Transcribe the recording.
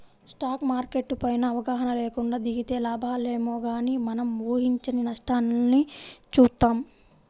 stock market పైన అవగాహన లేకుండా దిగితే లాభాలేమో గానీ మనం ఊహించని నష్టాల్ని చూత్తాం